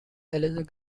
elijah